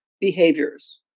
behaviors